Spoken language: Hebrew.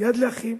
"יד לאחים",